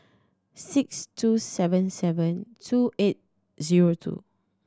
six two seven seven two eight zero two